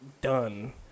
done